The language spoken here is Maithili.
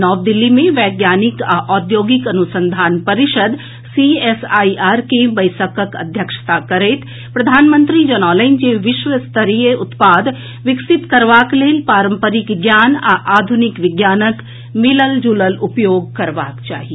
नव दिल्ली मे वैज्ञानिक आ औद्योगिक अनुसंधान परषिद सीएसआईआर के बैसकक अध्यक्षता करैत प्रधानमंत्री जनौलनि जे विश्व स्तरीय उत्पाद विकसित करबाक लेल पारंपरिक ज्ञान आ आधुनिक विज्ञानक मिलल जुलल उपयोग करबाक चाही